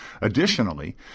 Additionally